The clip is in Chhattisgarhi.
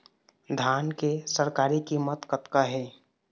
धान के सरकारी कीमत कतका हे?